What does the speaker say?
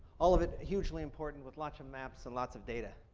all of it hugely important with lots of maps and lots of data.